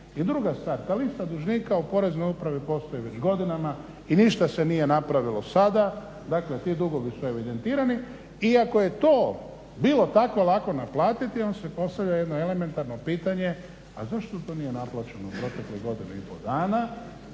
I druga stvar, ta lista dužnika u Poreznoj upravi postoji već godinama i ništa se nije napravilo sada. Dakle, ti dugovi su evidentirani i ako je to bilo tako lako naplatiti onda se postavlja jedno elementarno pitanje a zašto to nije naplaćeno u proteklih godinu i pol dana